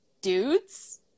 dudes